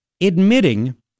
admitting